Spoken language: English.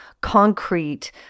concrete